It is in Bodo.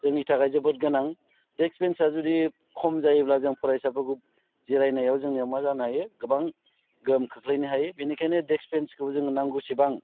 जोंनि थाखाय जोबोद गोनां देस्क बेन्चआ जुदि खम जायोब्ला जों फरायसाफोरखौ जिरायनायाव जोंनियाव मा जानो हायो गोबां गोहोम खोख्लैनो हायो बेनिखायनो देस्क बेन्चखौ जोंनो नांगौसेबां